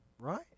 Right